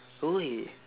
!oi!